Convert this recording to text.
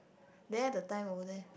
there the time over there